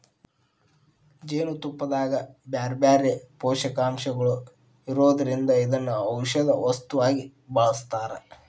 ಜೇನುತುಪ್ಪದಾಗ ಬ್ಯಾರ್ಬ್ಯಾರೇ ಪೋಷಕಾಂಶಗಳು ಇರೋದ್ರಿಂದ ಇದನ್ನ ಔಷದ ವಸ್ತುವಾಗಿ ಬಳಸ್ತಾರ